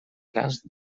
grans